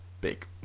big